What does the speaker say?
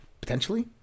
Potentially